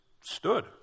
stood